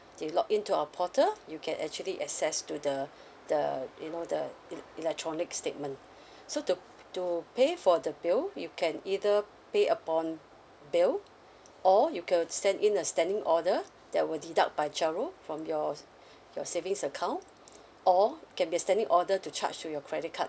you log in to our portal you can actually access to the the you know the el~ electronic statement so to to pay for the bill you can either pay upon bill or you could send in a standing order that will deduct by GIRO from your your savings account or can be a standing order to charge to your credit card